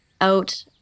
out